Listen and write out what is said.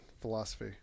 philosophy